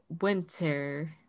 winter